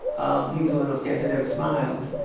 um he was one of those cats that never smiled.